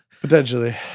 Potentially